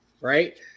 right